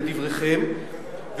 לדבריכם,